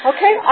Okay